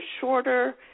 shorter